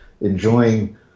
enjoying